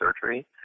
surgery